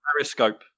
periscope